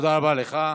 תודה רבה לך.